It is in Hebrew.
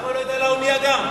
למה הוא לא, על האונייה גם.